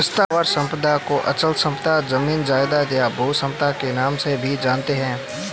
स्थावर संपदा को अचल संपदा, जमीन जायजाद, या भू संपदा के नाम से भी जानते हैं